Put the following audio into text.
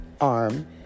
arm